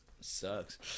sucks